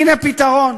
הנה פתרון.